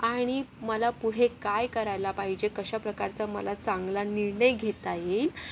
आणि मला पुढे काय करायला पाहिजे कशाप्रकारचा मला चांगला निर्णय घेता येईल